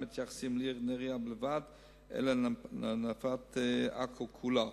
מתייחסים לעיר נהרייה בלבד אלא לנפת עכו כולה.